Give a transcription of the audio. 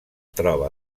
troba